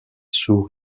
sous